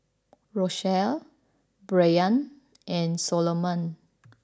Rochelle Brayan and Soloman